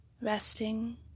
Resting